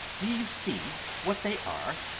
do you see what they are?